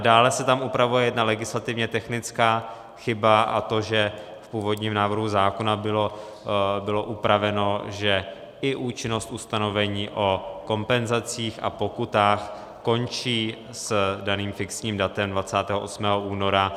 Dále se tam upravuje jedna legislativně technická chyba, a to že v původním návrhu zákona bylo upraveno, že i účinnost ustanovení o kompenzacích a pokutách končí s daným fixním datem 28. února.